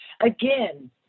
again